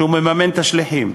שמממן את השליחים,